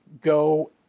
go